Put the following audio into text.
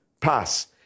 pass